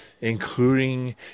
including